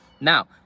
Now